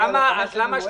אז למה שנתיים.